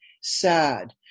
sad